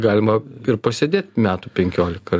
galima ir pasėdėt metų penkiolika